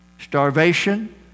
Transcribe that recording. starvation